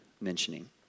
mentioning